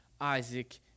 Isaac